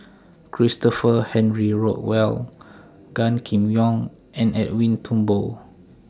Christopher Henry Rothwell Gan Kim Yong and Edwin Thumboo